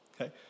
Okay